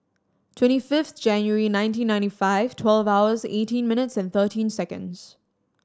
twenty fifth January nineteen ninety five twelve hours eighteen minutes and thirteen seconds